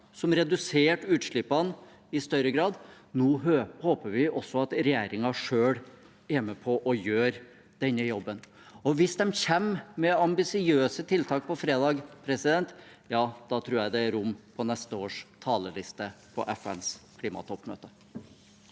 som reduserte utslippene i større grad. Nå håper vi at regjeringen selv er med på å gjøre denne jobben. Hvis de kommer med ambisiøse tiltak på fredag, tror jeg det er rom på neste års talerliste på FNs klimatoppmøte.